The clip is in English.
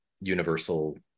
universal